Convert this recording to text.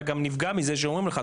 אתה גם נפגע מזה שאומרים לך,